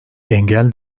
engel